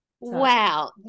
Wow